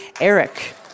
Eric